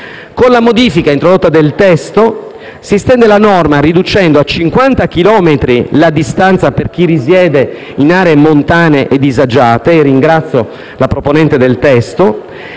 Con la modifica introdotta nel testo si estende la norma, riducendo a 50 chilometri la distanza per chi risiede in aree montane e disagiate - e ringrazio la proponente del testo